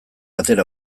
atera